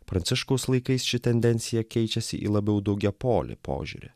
pranciškaus laikais ši tendencija keičiasi į labiau daugiapolį požiūrį